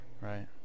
Right